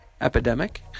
epidemic